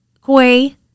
Koi